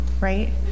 right